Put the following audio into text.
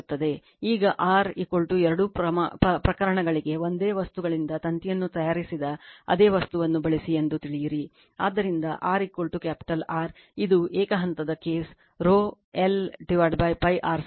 ಈಗ R ಎರಡೂ ಪ್ರಕರಣಗಳಿಗೆ ಒಂದೇ ವಸ್ತುಗಳಿಂದ ತಂತಿಯನ್ನು ತಯಾರಿಸಿದ ಅದೇ ವಸ್ತುವನ್ನು ಬಳಸಿ ಎಂದು ತಿಳಿಯಿರಿ ಆದ್ದರಿಂದ R ಕ್ಯಾಪಿಟಲ್ R ಇದು ಏಕ ಹಂತದ case rho l pi r 2